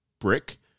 brick